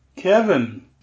Kevin